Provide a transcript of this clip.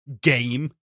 game